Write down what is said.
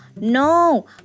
No